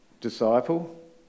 disciple